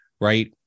right